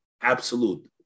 absolute